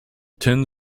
ten